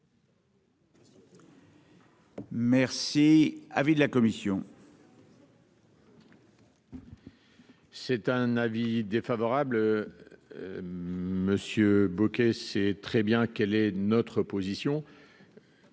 Merci, avis de la commission. C'est un avis défavorable, monsieur Bouquet, c'est très bien quelle est notre position.